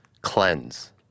Cleanse